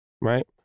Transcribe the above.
right